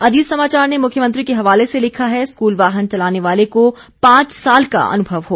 अजीत समाचार ने मुख्यमंत्री के हवाले से लिखा है स्कूल वाहन चलाने वाले को पांच साल का अनुभव हो